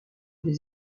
des